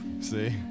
see